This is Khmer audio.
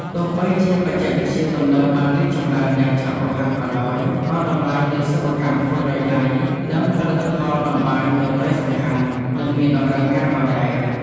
ទោះបីជាបច្ចេកវិទ្យាទំនើបបានរីកចម្រើនយ៉ាងឆាប់រហ័សក៏ដោយ ក៏តម្លៃនៃសិប្បកម្មធ្វើដោយដៃ និងផលិតផលតម្បាញនៅតែសំខាន់ និងមានតម្រូវការដដែល។